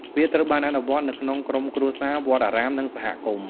វាត្រូវបានអនុវត្តនៅក្នុងក្រុមគ្រួសារ វត្តអារាម និងសហគមន៍។